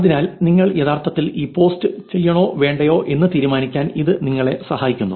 അതിനാൽ നിങ്ങൾ യഥാർത്ഥത്തിൽ ഈ പോസ്റ്റ് ചെയ്യണോ വേണ്ടയോ എന്ന് തീരുമാനിക്കാൻ ഇത് നിങ്ങളെ സഹായിക്കുന്നു